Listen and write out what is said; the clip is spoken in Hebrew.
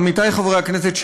עמיתי חברי הכנסת,